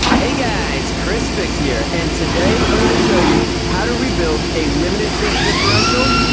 hey guys! chrisfix here. and today, i'm going to show you how to rebuild a limited slip differential.